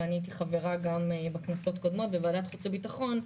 ואני הייתי חברה גם בכנסות קודמות בוועדת חוץ וביטחון,